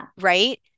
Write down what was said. Right